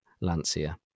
Lancia